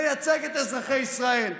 לייצג את אזרחי ישראל,